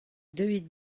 deuit